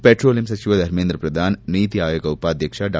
petroleum ಸಚಿವ ಧರ್ಮೇಂದ್ರ ಶ್ರಧಾನ್ ನೀತಿ ಆಯೋಗ ಉಪಾಧ್ಯಕ್ಷ ಡಾ